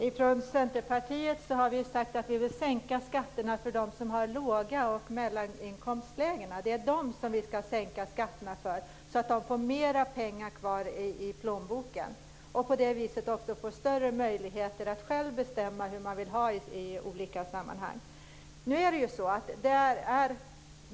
Herr talman! Vi har från Centerpartiet sagt att vi vill sänka skatterna för låginkomst och mellaninkomsttagare, så att de får mera pengar kvar i plånboken. På det viset får de också större möjligheter att själva bestämma hur de vill ha det i olika sammanhang.